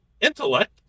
Intellect